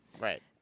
Right